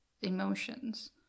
emotions